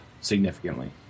significantly